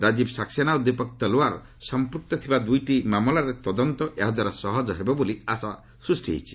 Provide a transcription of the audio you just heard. ରାଜୀବ୍ ସାକ୍ସେନା ଓ ଦୀପକ ତଲୱାର ସଂପୂକ୍ତ ଥିବା ଦୁଇଟି ମାମଲାରେ ତଦନ୍ତ ଏହା ଦ୍ୱାରା ସହଜ ହେବ ବୋଲି ଆଶା ସୃଷ୍ଟି ହୋଇଛି